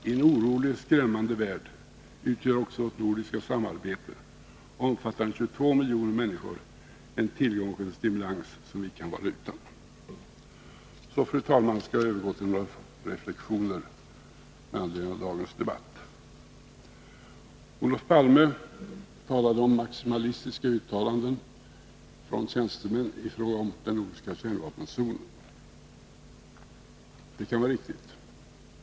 I en orolig och skrämmande värld utgör vårt nordiska samarbete, omfattande 22 miljoner människor, en tillgång och en stimulans som vi icke kan vara utan. Så, fru talman, skall jag övergå till några reflexioner med anledning av dagens debatt. Olof Palme talade om ”maximalistiska” uttalanden från tjänstemän i fråga om den nordiska kärnvapenfria zonen. Det kan vara riktigt.